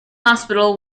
hospital